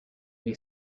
they